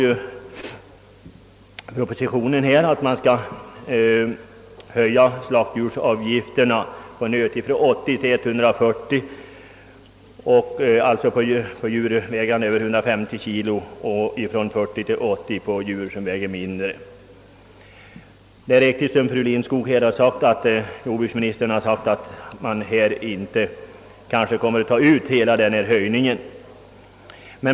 I propositionen föreslås en höjning av slaktdjursavgifterna för nötkreatur från 80 till 140 kronor för djur vägande minst 150 kg och från 40 till 80 kronor för djur som väger mindre. Jordbruksministern har sagt att man kanske inte behöver ta ut hela höjningen f.n.